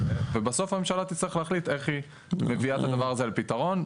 ובסוף הממשלה תצטרך להחליט איך היא מביאה את הדבר הזה על פתרון,